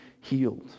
healed